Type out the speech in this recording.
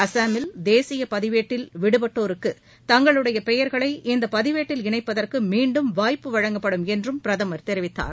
அசாமில் தேசிய பதிவேட்டில் விடுபட்டோருக்கு தங்களுடைய பெயர்களை இப்பதிவேட்டில் இணைப்பதற்கு மீண்டும் வாய்ப்பு வழங்கப்படும் என்றும் பிரதமர் தெரிவித்தார்